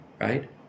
right